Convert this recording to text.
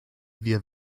wir